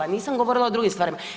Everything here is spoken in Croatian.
Nisam govorila o drugim stvarima.